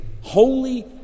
holy